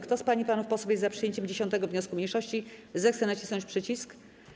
Kto z pań i panów posłów jest za przyjęciem 10. wniosku mniejszości, zechce nacisnąć przycisk.